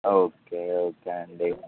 okay okay అండి